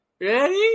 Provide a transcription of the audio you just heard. Ready